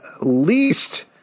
least